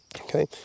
Okay